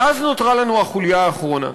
ואז נותרה לנו החוליה האחרונה.